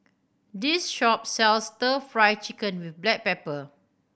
this shop sells Stir Fry Chicken with black pepper